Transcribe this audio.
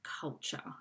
culture